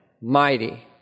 Mighty